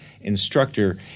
instructor